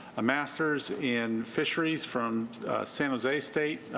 a masteris in fisheries from san jose state,